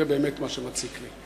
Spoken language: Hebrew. זה באמת מה שרציתי.